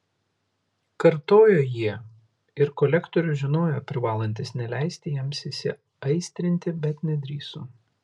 kartojo jie ir kolektorius žinojo privalantis neleisti jiems įsiaistrinti bet nedrįso